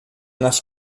nas